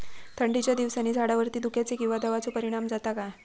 थंडीच्या दिवसानी झाडावरती धुक्याचे किंवा दवाचो परिणाम जाता काय?